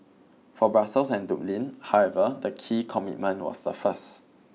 for Brussels and Dublin however the key commitment was the first